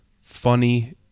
funny